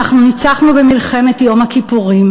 "אנחנו ניצחנו במלחמת יום הכיפורים,